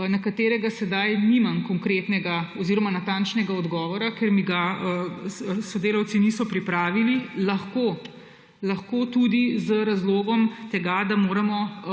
na katerega sedaj nimam konkretnega oziroma natančnega odgovora, ker mi ga sodelavci niso pripravili. Lahko tudi z razlogom, da moramo